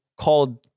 called